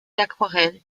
aquarelles